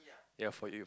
ya for you